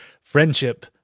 Friendship